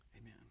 Amen